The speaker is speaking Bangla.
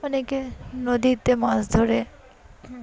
অনেকে নদীতে মাছ ধরে